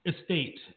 estate